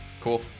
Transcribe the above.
cool